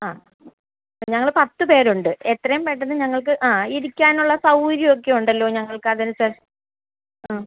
ആ ഞങ്ങൾ പത്ത് പേരുണ്ട് എത്രയും പെട്ടെന്ന് ഞങ്ങൾക്ക് ആ ഇരിക്കാനുള്ള സൗകര്യമൊക്കെ ഉണ്ടല്ലോ ഞങ്ങൾക്ക് അതനുസ ആ